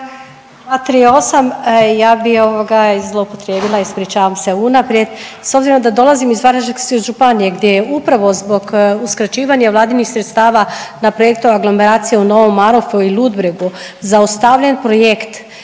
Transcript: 238., ja bih ovoga zloupotrijebila, ispričavam se unaprijed, s obzirom da dolazim iz Varaždinske županije gdje je upravo zbog uskraćivanja vladinih sredstava na projektu aglomeracije u Novom Marofu i Ludbregu zaustavljen projekt